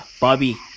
Bobby